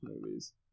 movies